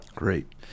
Great